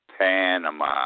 panama